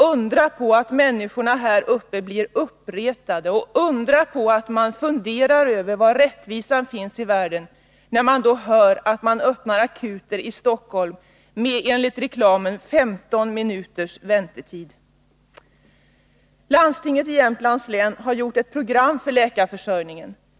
Undra på att människorna här uppe blir uppretade och undra på att man funderar över var rättvisan finns i världen, när de hör att man öppnar akuter i Stockholm med, enligt reklamen, 15 minuters väntetid. Landstinget i Jämtlands län har gjort ett program för läkarförsörjningen.